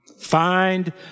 Find